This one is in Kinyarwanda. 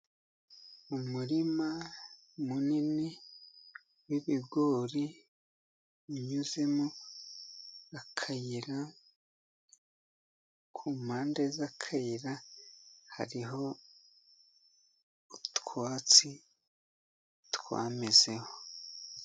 Umurima munini w'ibigori unyuzemo akayira, ku mpande z'akayira hariho utwatsi twamezeho.